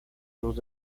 luz